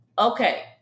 okay